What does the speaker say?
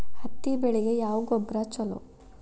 ಹತ್ತಿ ಬೆಳಿಗ ಯಾವ ಗೊಬ್ಬರ ಛಲೋ?